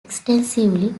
extensively